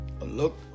Look